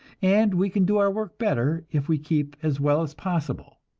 and we can do our work better if we keep as well as possible.